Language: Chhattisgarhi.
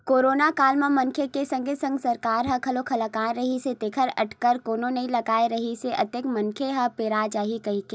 करोनो काल म मनखे के संगे संग सरकार ह घलोक हलाकान रिहिस हे ऐखर अटकर कोनो नइ लगाय रिहिस अतेक मनखे मन ह पेरा जाही कहिके